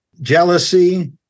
jealousy